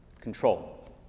control